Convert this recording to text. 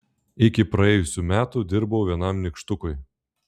iki praėjusių metų dirbau vienam nykštukui